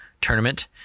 Tournament